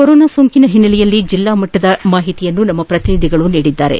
corona ಸೋಕಿನ ಹಿನ್ನೆಲೆಯಲ್ಲಿ ಜಿಲ್ಲಾ ಮಟ್ಟದ ಮಾಹಿತಿಯನ್ನು ನಮ್ನ ಪ್ರತಿನಿಧಿಗಳು ನೀಡಿದ್ದಾರೆ